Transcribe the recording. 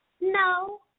no